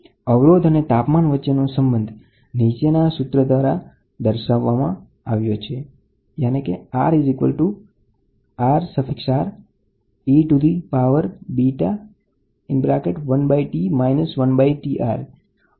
અવરોધ અને તાપમાન વચ્ચેનો સંબંધ નીચેના સૂત્ર દ્વારા દર્શાવ્યો છે